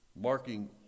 marking